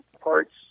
parts